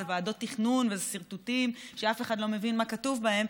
אלו ועדות תכנון ואלו שרטוטים שאף אחד לא מבין מה כתוב בהם,